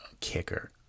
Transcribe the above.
kicker